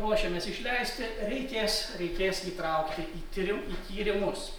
ruošiamės išleisti reikės reikės įtraukti į tyrim į tyrimus